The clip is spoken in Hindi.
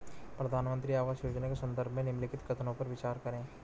प्रधानमंत्री आवास योजना के संदर्भ में निम्नलिखित कथनों पर विचार करें?